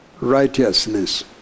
righteousness